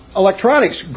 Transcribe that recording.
electronics